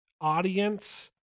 audience